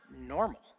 normal